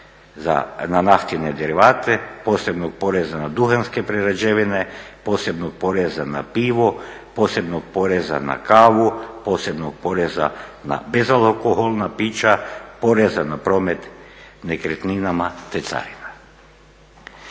na naftne derivate, posebnog poreza na duhanske prerađevine, posebnog poreza na pivo, posebnog poreza na kavu, posebnog poraza na bezalkoholna pića, poreza na promet nekretninama, te carina.